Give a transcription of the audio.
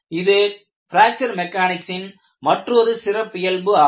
இது பிராக்சர் மெக்கானிக்ஸின் மற்றொரு சிறப்பியல்பு ஆகும்